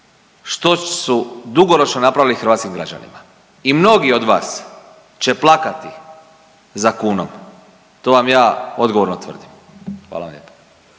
što su dugoročno napravili hrvatskim građanima. I mnogi od vas će plakati za kunom to vam ja odgovorno tvrdim. Hvala vam lijepo.